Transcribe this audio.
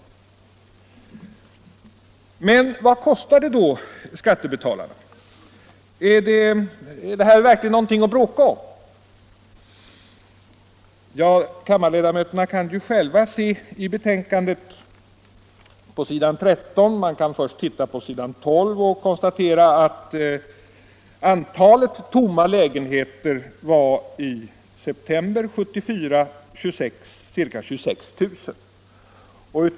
Vad kostar det då skattebetalarna? Är det här verkligen någonting att bråka om? Kammarens ledamöter kan själva på s. 12 i betänkandet konstatera att antalet tomma lägenheter i september 1974 var ca 26 000.